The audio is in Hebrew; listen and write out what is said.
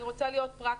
אני רוצה להיות פרקטית.